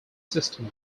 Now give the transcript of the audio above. system